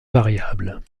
variables